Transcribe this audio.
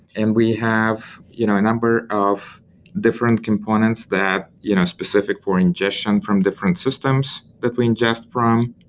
and we have you know a number of different components that you know specific for ingestion from different systems that we ingest from.